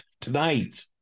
tonight